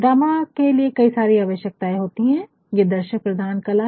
drama के लिए कई सारी आवशकताएँ होती है ये दर्शक प्रधान कला है